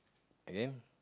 again